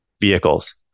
vehicles